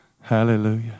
Hallelujah